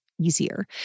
easier